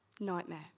Nightmare